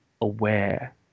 aware